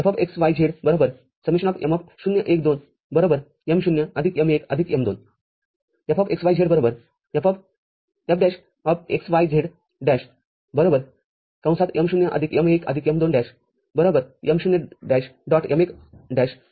F'xyz ∑ m०१२ m0 m१ m२ Fxyz F'xyz' m0 m१ m२' m0'